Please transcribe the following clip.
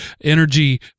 energy